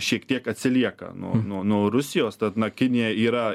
šiek tiek atsilieka nuo nuo nuo rusijos tad na kinija yra